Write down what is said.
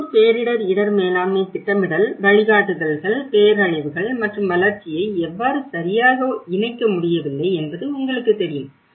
உள்ளூர் பேரிடர் இடர் மேலாண்மை திட்டமிடல் வழிகாட்டுதல்கள் பேரழிவுகள் மற்றும் வளர்ச்சியை எவ்வாறு சரியாக இணைக்க முடியவில்லை என்பது உங்களுக்குத் தெரியும்